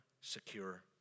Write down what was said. secure